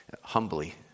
humbly